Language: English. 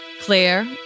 Claire